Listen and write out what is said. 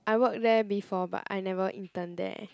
I work there before but I never intern there